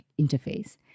interface